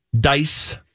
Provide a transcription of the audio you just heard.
dice